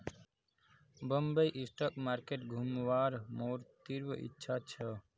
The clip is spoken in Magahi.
बंबई स्टॉक मार्केट घुमवार मोर तीव्र इच्छा छ